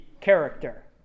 character